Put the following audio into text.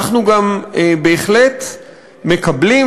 אנחנו גם בהחלט מקבלים,